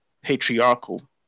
patriarchal